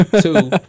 Two